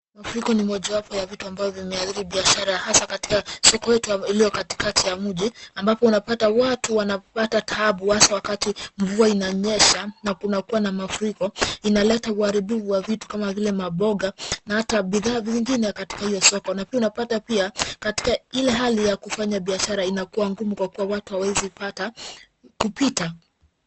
Mafuriko ni moja wa vitu ambavyo vimeadhiri biashra hasaa katika soko yetu iliyo katikati ya mji ambapo unapata watu wanapata taabu hasaa wakati mvua inanyesha na kunakuwa na mafuriko inaleta uharibifu wa vitu kama vile mamboga na hata bidhaa vingine katika hiyo soko na tunapata pia katika ile hali ya kufanay biashara inakuwa ngumu kwa kuwa watu hawaezi pata kupita.